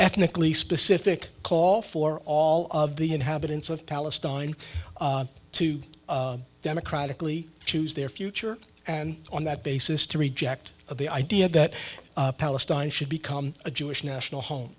ethnically specific call for all of the inhabitants of palestine to democratically choose their future and on that basis to reject of the idea that palestine should become a jewish national home